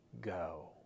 go